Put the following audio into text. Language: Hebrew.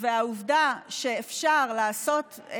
והעובדה שאפשר לעשות,